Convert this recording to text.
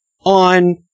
on